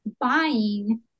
buying